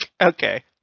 okay